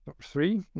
three